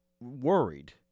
worried